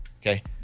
Okay